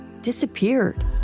disappeared